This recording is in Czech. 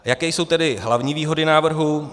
Jaké jsou tedy hlavní výhody návrhu?